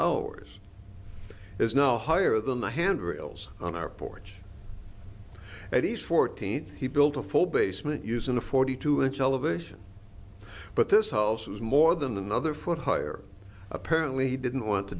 ours is now higher than the handrails on our porch and east fourteenth he built a full basement using a forty two inch elevation but this house was more than another foot higher apparently he didn't want t